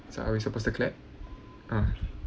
so are we supposed to clap ah